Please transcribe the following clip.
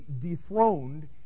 dethroned